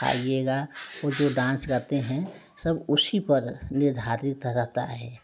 खाइएगा वो जो डांस करते हैं सब उसी पर निर्धारित रहता है